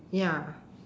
ya